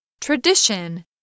Tradition